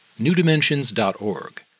newdimensions.org